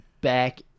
back